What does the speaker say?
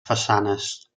façanes